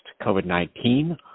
COVID-19